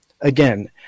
Again